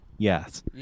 Yes